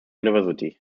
university